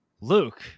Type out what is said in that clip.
Luke